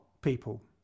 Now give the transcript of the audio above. people